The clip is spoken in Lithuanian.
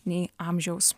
nei amžiaus